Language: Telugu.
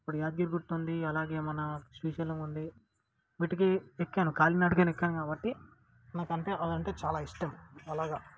ఇప్పుడు యాదగిరిగుట్టుంది అలాగే మన శ్రీశైలం ఉంది వీటికి ఎక్కాను కాలినడకనెక్కాను కాబట్టి నాకంటే అలా అంటే చాలా ఇష్టం అలాగా